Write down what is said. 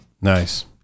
Nice